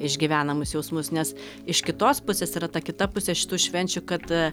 išgyvenamus jausmus nes iš kitos pusės yra ta kita pusė šitų švenčių kad